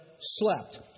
slept